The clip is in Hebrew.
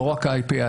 לא רק כתובת IP,